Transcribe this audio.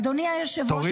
אדוני היושב-ראש,